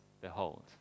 behold